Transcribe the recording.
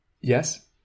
Yes